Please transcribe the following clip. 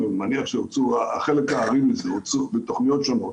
אני מניח שהחלק הארי הוצא בתוכניות שונות.